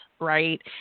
Right